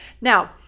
Now